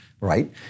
right